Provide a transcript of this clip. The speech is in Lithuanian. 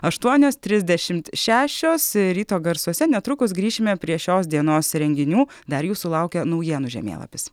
aštuonios trisdešimt šešios ryto garsuose netrukus grįšime prie šios dienos renginių dar jūsų laukia naujienų žemėlapis